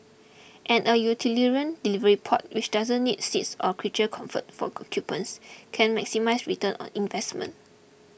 and a utilitarian delivery pod which doesn't need seats or creature comforts for occupants can maximise return on investment